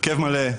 הרכב מלא,